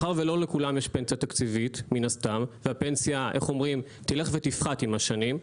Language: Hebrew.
מאחר שלא לכולם יש פנסיה תקציבית והפנסיה תלך ותפחת עם השנים,